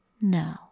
No